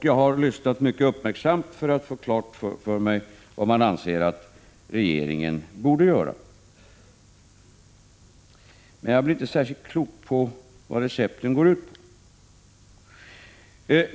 Jag lyssnade mycket uppmärksamt för att få klart för mig vad man anser att regeringen borde göra, men jag blir inte särskilt klok på vad recepten går ut på.